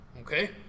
Okay